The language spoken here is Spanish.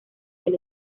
del